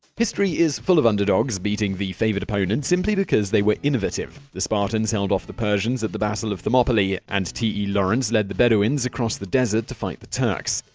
history is full of underdogs beating the favored opponent simply because they were innovative. the spartans held off the persians at the battle of thermopylae, and t. e. lawrence led the bedouins across the desert to fight the turks.